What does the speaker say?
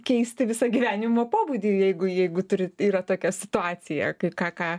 keisti visą gyvenimo pobūdį jeigu jeigu turit yra tokia situacija kai ką ką